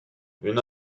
une